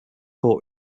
court